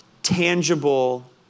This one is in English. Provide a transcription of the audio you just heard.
tangible